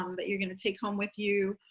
um that you're going to take home with you.